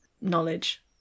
knowledge